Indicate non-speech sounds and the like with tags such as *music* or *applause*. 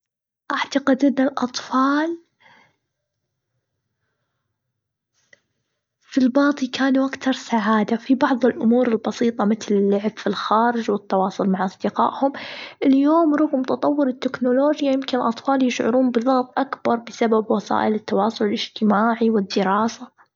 أحتقد أن الأطفال *hesitation* في الماضي كانوا أكتر سعادة في بعض الأمور البسيطة متل اللعب في الخارج والتواصل مع اصدقائهم اليوم روهم تطور التكنولوجيا يمكن أطفال يشعرون باللعب أكبر بسبب وسائل التواصل الإجتماعي والدراسة.